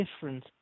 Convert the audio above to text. different